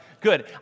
good